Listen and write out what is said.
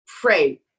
pray